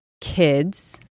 kids